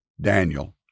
Daniel